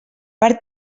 per